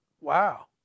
Wow